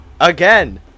again